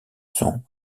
sont